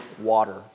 water